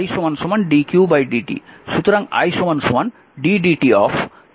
সুতরাং i ddt 3t sin